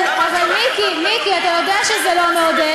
אבל מיקי, אתה יודע שזה לא מעודד.